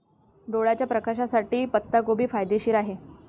डोळ्याच्या प्रकाशासाठी पत्ताकोबी फायदेशीर आहे